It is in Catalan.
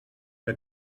que